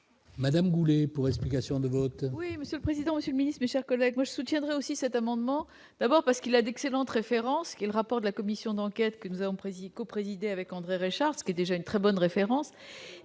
Nathalie Goulet, pour explication de vote.